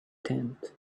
tent